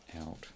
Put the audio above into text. out